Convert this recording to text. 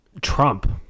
trump